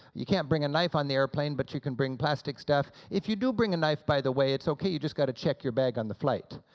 you can't bring a knife on the airplane but you can bring plastic stuff. if you do bring a knife, by the way, it's ok, you just got to check your bag on the flight.